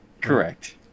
Correct